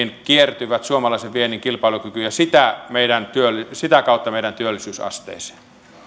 kiertyvät suomalaisen viennin kilpailukykyyn ja sitä kautta meidän työllisyysasteeseen arvoisa rouva